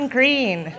Green